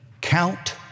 count